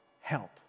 help